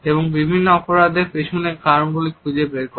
এবং বিভিন্ন অপরাধের পিছনে কারণগুলি খুঁজে বের করে